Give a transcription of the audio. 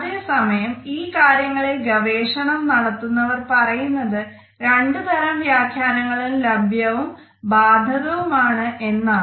അതേ സമയം ഈ കാര്യങ്ങളിൽ ഗവേഷണം നടത്തുന്നവർ പറയുന്നത് രണ്ട് തരം വ്യാഖ്യാനങ്ങളും ലഭ്യവും ബാധകവുമാണ് എന്നാണ്